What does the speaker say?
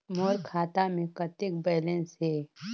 मोर खाता मे कतेक बैलेंस हे?